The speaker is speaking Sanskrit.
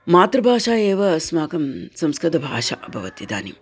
मातृभाषा एव अस्माकं संस्कृतभाषा अभवत् इदानीम्